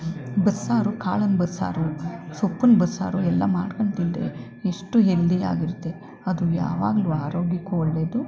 ಬಸ್ಸಾರು ಕಾಳಿನ ಬಸ್ಸಾರು ಸೊಪ್ಪಿನ ಬಸ್ಸಾರು ಎಲ್ಲ ಮಾಡ್ಕೊಂಡು ತಿಂದರೆ ಎಷ್ಟು ಹೆಲ್ದಿ ಆಗಿರುತ್ತೆ ಅದು ಯಾವಾಗ್ಲೂ ಆರೋಗ್ಯಕ್ಕೂ ಒಳ್ಳೆಯದು